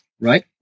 Right